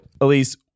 Elise